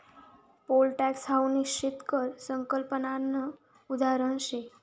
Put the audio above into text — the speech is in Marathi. पोल टॅक्स हाऊ निश्चित कर संकल्पनानं उदाहरण शे